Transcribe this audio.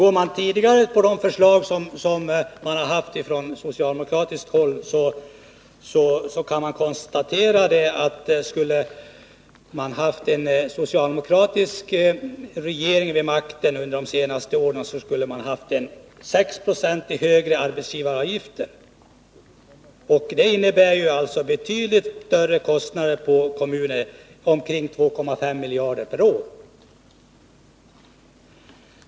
Ser man på de förslag som tidigare har framförts från socialdemokratiskt håll, kan man konstatera att vi om en socialdemokratisk regering suttit vid makten under de senaste åren skulle vi ha haft 6 70 högre arbetsgivaravgifter. Det innebär betydligt större kostnader för kommunerna. Det rör sig om 2,5 miljarder per år.